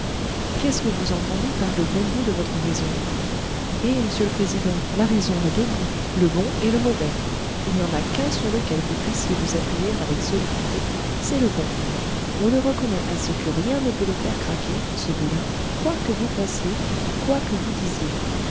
qu'est-ce que vous entendez par le bon bout de votre raison eh m'sieur le président la raison a deux bouts le bon et le mauvais il n'y en a qu'un sur lequel vous puissiez vous appuyer avec solidité c'est le bon on le reconnaît à ce que rien ne peut le faire craquer ce bout là quoi que vous fassiez quoi que vous disiez